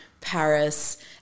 Paris